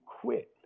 quit